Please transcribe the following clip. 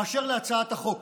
באשר להצעת החוק,